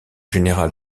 général